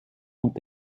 und